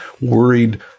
worried